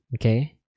Okay